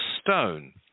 stone